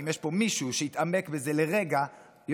אם יש פה מישהו שהתעמק בזה לרגע הוא